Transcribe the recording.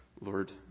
Lord